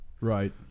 Right